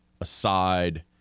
aside